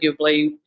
arguably